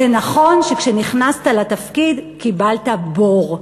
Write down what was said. זה נכון שכשנכנסת לתפקיד קיבלת בור,